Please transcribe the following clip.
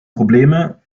probleme